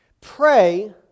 pray